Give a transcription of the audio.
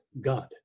God